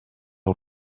heu